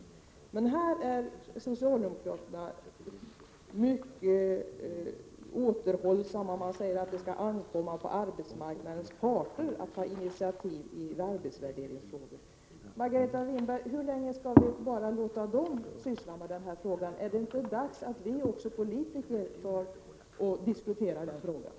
Här är socialdemokraterna mycket återhållsamma. De säger att det skall ankomma på arbetsmarknadens parter att ta initiativ i arbetsvärderingsfrågor. Men hur länge skall vi låta bara dem syssla med de frågorna, Margareta Winberg? Är det inte dags att också vi politiker diskuterar dem?